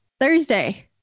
Thursday